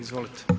Izvolite.